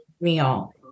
meal